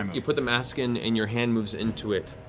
um you put the mask in and your hand moves into it.